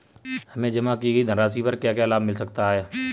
हमें जमा की गई धनराशि पर क्या क्या लाभ मिल सकता है?